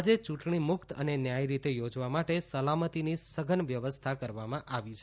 આજે ચૂંટણી મુક્ત અને ન્યાયી રીતે યોજવા માટે સલામતીની સઘન વ્યવસ્થા કરવામાં આવી છે